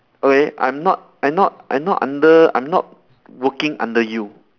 okay I'm not I not I not under I'm not working under you